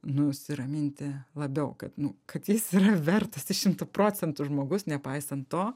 nusiraminti labiau kad nu kad jis yra vertas ir šimtu procentų žmogus nepaisant to